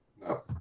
No